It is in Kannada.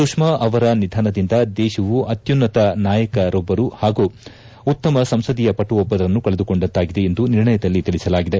ಸುಷ್ಮಾ ಅವರ ನಿಧನದಿಂದ ದೇಶವು ಅತ್ಯುನ್ನತ ನಾಯಕರೊಬ್ಬರು ಹಾಗೂ ಉತ್ತಮ ಸಂಸದೀಯಪಟುವೊಬ್ಬರನ್ನು ಕಳೆದುಕೊಂಡಂತಾಗಿದೆ ಎಂದು ನಿರ್ಣಯದಲ್ಲಿ ತಿಳಿಸಲಾಗಿದೆ